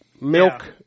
milk